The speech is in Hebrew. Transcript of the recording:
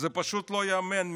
זה פשוט לא ייאמן.